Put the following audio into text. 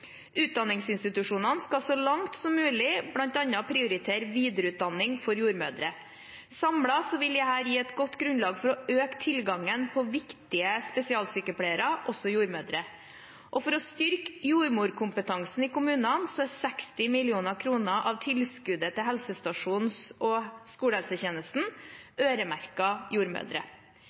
Utdanningsinstitusjonene skal så langt som mulig bl.a. prioritere videreutdanning for jordmødre. Samlet vil dette gi et godt grunnlag for å øke tilgangen på viktige spesialsykepleiergrupper, også jordmødre. For å styrke jordmorkompetansen i kommunene er 60 mill. kr av tilskuddet til helsestasjons- og skolehelsetjenesten øremerket jordmødre.